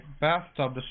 bathtub